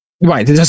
Right